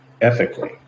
ethically